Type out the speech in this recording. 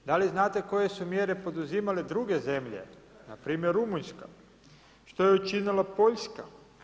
Da li znate koje su mjere poduzimale druge zemlje, npr. Rumunjska, što je učinila Poljska?